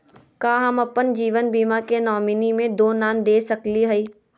का हम अप्पन जीवन बीमा के नॉमिनी में दो नाम दे सकली हई?